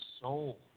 soul